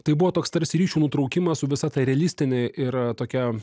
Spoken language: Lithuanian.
tai buvo toks tarsi ryšių nutraukimas su visa ta realistine ir tokia